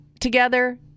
together